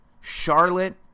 Charlotte